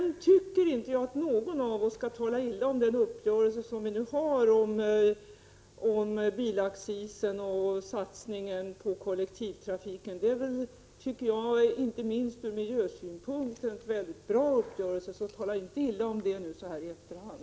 Jag tycker inte att någon av oss skall tala illa om den uppgörelse som vi nu har om bilaccisen och satsningen på kollektivtrafiken. Det är, inte minst ur miljösynpunkt, en mycket bra uppgörelse. Så tala inte illa om den nu så här i efterhand!